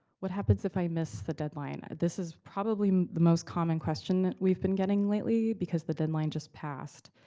what happens if i miss the deadline? this is probably the most common question that we've been getting lately, because the deadline just passed.